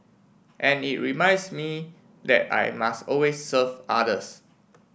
and it reminds me that I must always serve others